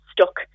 stuck